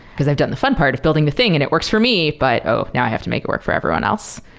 because i've done the fun part of building the thing and it works for me, but oh, now i have to make work for everyone else.